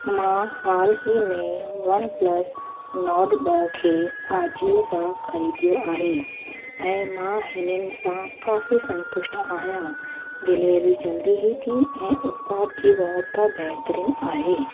मां हाल ई में वन प्लस नॉर्ड ॿ खे अजियो सां खरीदो आहे ऐं मां हिन्हनि सां काफी संतुष्ट आहियां डिलीवरी जल्दी ई थी ऐं उत्पाद जी गुणवत्ता बहितरीन आहे